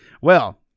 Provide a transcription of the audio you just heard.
Well-